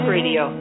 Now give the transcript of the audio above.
Radio